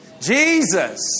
Jesus